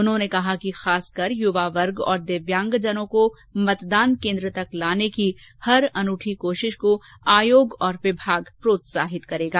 उन्होंने कहा कि खासकर यूवा वर्ग और दिव्यांगजनों को मतदान केन्द्र तक लाने की हर अनूठी कोशिश को आयोग और विभाग प्रोत्साहित करेगा